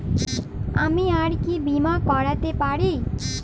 আমি আর কি বীমা করাতে পারি?